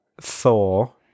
Thor